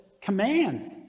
commands